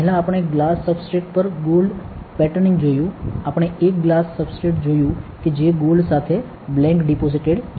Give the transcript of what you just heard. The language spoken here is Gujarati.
પહેલાં આપણે ગ્લાસ સબસ્ટ્રેટ પર ગોલ્ડ પેટર્નિંગ જોયું આપણે એક ગ્લાસ સબસ્ટ્રેટ જોયું કે જે ગોલ્ડ સાથે બ્લેંક ડિપોસિટેડ છે